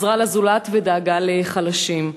עזרה לזולת ודאגה לחלשים.